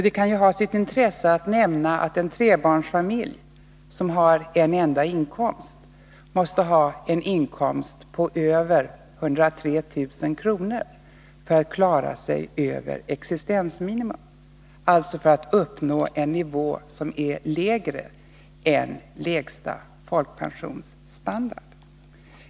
Det kan ha sitt intresse att nämna att en trebarnsfamilj som har en enda inkomst måste ha en inkomst på över 103 000 kr. för att klara sig över existensminimum, dvs. för att uppnå en nivå som är lägre än lägsta folkpensionsstandard.